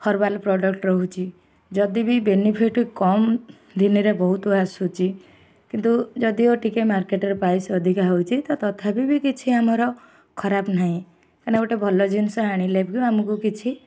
herbal product ରହୁଛି ଯଦି ବି ବେନିଫିଟ୍ କମ୍ ଦିନରେ ବହୁତ ଆସୁଛି କିନ୍ତୁ ଯଦିଓ ଟିକେ ମାର୍କେଟ୍ ପ୍ରାଇସ୍ ଅଧିକା ହେଉଛି ତ ତଥାପି ବି କିଛି ଆମର ଖରାପ ନାହିଁ କାଇଁକିନା ଗୋଟେ ଭଲ ଜିନିଷ ଆଣିଲେ ବି ବି ଆମକୁ କିଛି